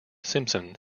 simpson